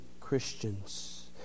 Christians